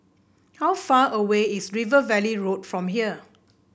how far away is River Valley Road from here